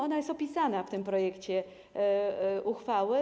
Ona jest opisana w projekcie uchwały.